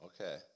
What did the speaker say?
Okay